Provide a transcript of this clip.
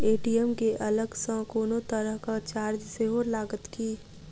ATM केँ अलग सँ कोनो तरहक चार्ज सेहो लागत की?